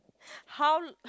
how